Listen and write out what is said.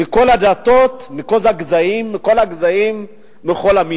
מכל הדתות, מכל הגזעים ומכל המינים.